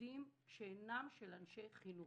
תפקידים שאינם של אנשי חינוך.